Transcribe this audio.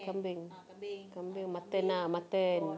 kambing kambing mutton ah mutton